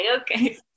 Okay